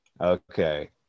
Okay